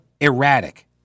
erratic